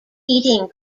heating